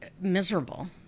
miserable